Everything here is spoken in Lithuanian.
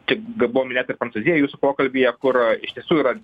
tik ka buvo minėta ir prancūzija jūsų pokalbyje kur iš tiesų yra